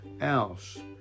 else